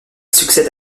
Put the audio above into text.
succède